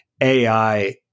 AI